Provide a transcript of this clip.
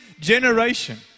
generation